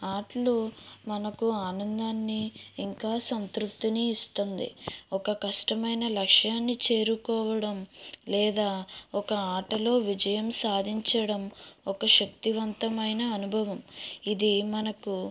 ఆటలు మనకు ఆనందాన్ని ఇంకా సంతృప్తిని ఇస్తుంది ఒక కష్టమైన లక్ష్యాన్ని చేరుకోవడం లేదా ఒక ఆటలో విజయం సాధించడం ఒక శక్తివంతమైన అనుభవం ఇది మనకు